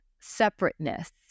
separateness